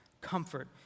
comfort